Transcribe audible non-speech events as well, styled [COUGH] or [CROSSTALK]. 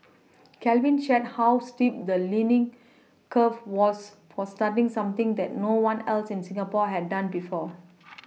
[NOISE] Calvin shared how steep the learning curve was for starting something that no one else in Singapore had done before [NOISE]